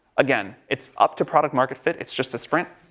again, it's up to product market fit it's just to sprint,